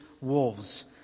wolves